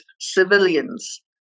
civilians